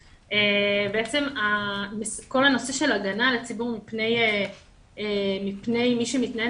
כל הנושא של הגנה על הציבור מפני מי שמתנהל